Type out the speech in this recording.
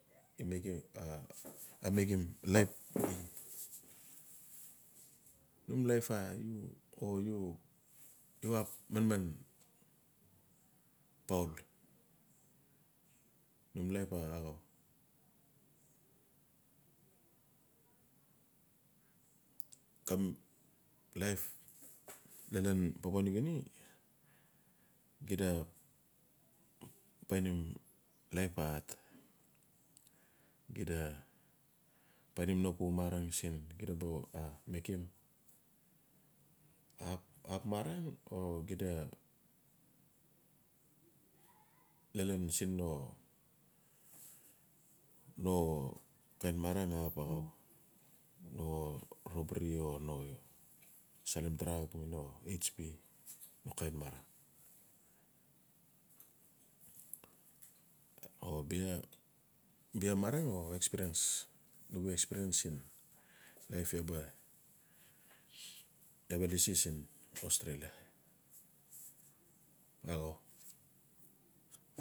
I makim a makim laip, num laip a u. o u ap manman poul num laip a axau. Laip lanlan paua new guinea xida painim laip a hard. xida panim no pu marang siin gida ba makim ap marang o xida lanlan siin no-no kain marang ap axau no robri o no salim drug o hb no kain marang o experance iaa ba lasi siin austrailia axau.